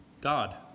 God